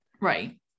right